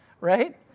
right